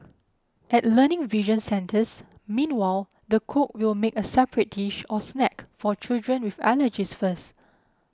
at Learning Vision centres meanwhile the cook will make a separate dish or snack for children with allergies first